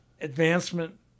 advancement